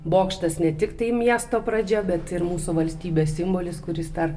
bokštas ne tiktai miesto pradžia bet ir mūsų valstybės simbolis kuris dar